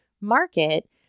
market